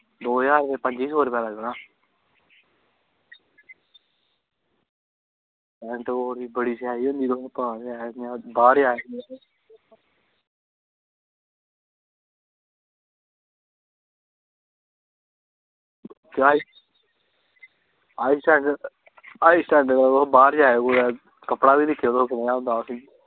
दो ज्हार ते पंजी सौ रपेआ लग्गना पैंट कोट दी बड़ी स्याई होंदी तुसेंगी पता ते ऐ इ'यां बाह्र हाई स्टैंडर्ड़ दा तुस बाह्र जायो कुदै कपड़ा बी दिक्खेओ तुस कनेहा होंदा ऐ